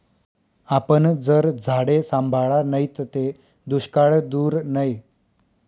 आपन जर झाडे सांभाळा नैत ते दुष्काळ दूर नै